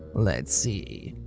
let's see.